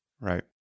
Right